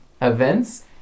events